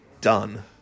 done